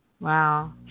wow